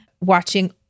Watching